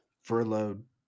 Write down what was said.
furloughed